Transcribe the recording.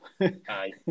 Aye